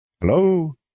Hello